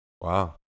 Wow